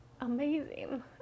amazing